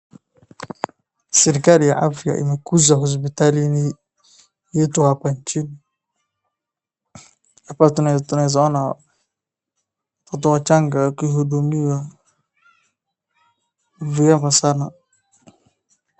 Serikali ya afya imekuja hospitalini yetu hapa nchini. Hapa tunaeza ona, watoto wachanga wakihudumiwa, vyema sana.